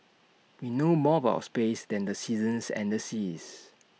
we know more about space than the seasons and the seas